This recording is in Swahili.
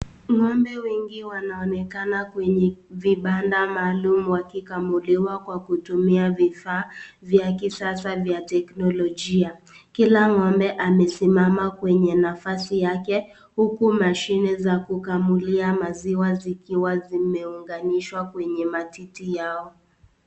Ng'ombe wengi wanaonekana kwenye vibanda maalum wakikamuliwa kwa kutumia vifaa vya kisasa vya teknolojia. Kila ng'ombe amesimama kwenye nafasi yake huku mashine za kukamulia maziwa zikiwa zimeunganishwa kwenye matiti yao.